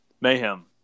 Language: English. Mayhem